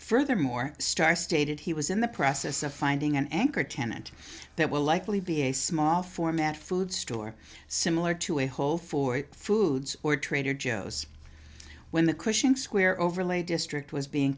furthermore star stated he was in the process of finding an anchor tenant that will likely be a small format food store similar to a whole for foods or trader joe's when the cushing square overlay district was being